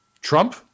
Trump